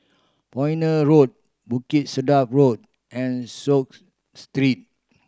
Pioneer Road Bukit Sedap Road and Street